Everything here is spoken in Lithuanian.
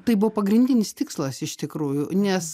tai buvo pagrindinis tikslas iš tikrųjų nes